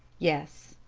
yes.